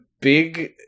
big